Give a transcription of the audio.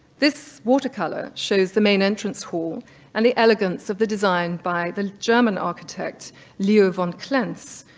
this watercolor shows the main entrance hall and the elegance of the design by the german architect leo von klenze,